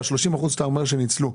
אתה אומר ש-30 אחוזים ניצלו,